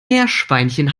meerschweinchen